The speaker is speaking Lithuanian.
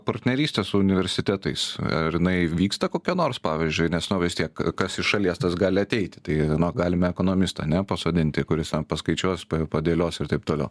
partnerystė su universitetais ar jinai vyksta kokia nors pavyzdžiui nes vis tiek kas iš šalies tas gali ateiti tai galim ekonomistą ane pasodinti kuris na paskaičiuos padėlios ir taip toliau